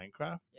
Minecraft